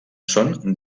són